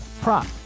prop